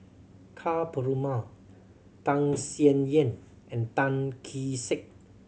Ka Perumal Tham Sien Yen and Tan Kee Sek